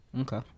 Okay